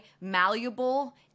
malleable